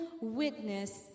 witness